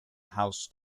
house